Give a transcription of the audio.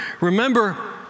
remember